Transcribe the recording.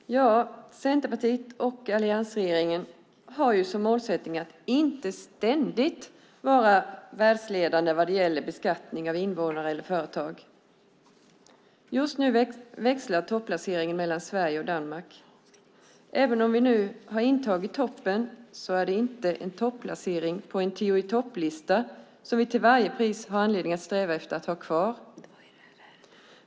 Fru talman! Centerpartiet och alliansregeringen har som målsättning att inte ständigt vara världsledande vad gäller beskattning av invånare eller företag. Just nu växlar topplaceringen mellan Sverige och Danmark. Även om vi nu har intagit toppen är det inte en topplacering på en tio-i-topp-lista som vi till varje pris strävar efter att ha kvar.